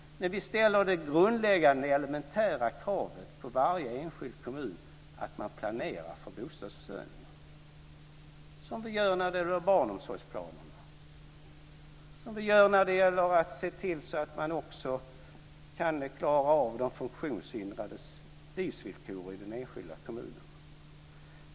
Men vi ställer det grundläggande, elementära kravet på varje enskild kommun att man planerar för bostadsförsörjningen - som vi gör när det gäller barnomsorgsplanerna, som vi gör när det gäller att se till att man också kan klara av de funktionshindrades livsvillkor i den enskilda kommunen.